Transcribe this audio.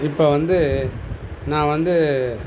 இப்போ வந்து நான் வந்து